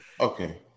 Okay